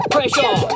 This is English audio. Pressure